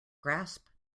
grasp